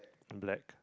black